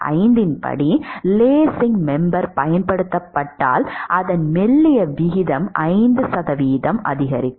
5 இன் படி lacing member பயன்படுத்தப்பட்டால் அதன் மெல்லிய விகிதம் 5 சதவிகிதம் அதிகரிக்கும்